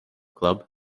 club